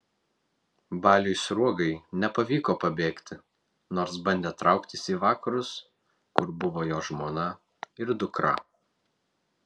baliui sruogai nepavyko pabėgti nors bandė trauktis į vakarus kur buvo jo žmona ir dukra